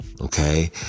Okay